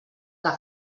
que